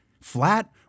Flat